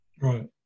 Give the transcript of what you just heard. Right